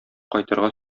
кайтырга